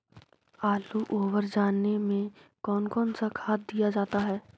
आलू ओवर जाने में कौन कौन सा खाद दिया जाता है?